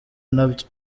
nabyo